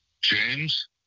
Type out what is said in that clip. James